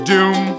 Doom